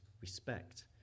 respect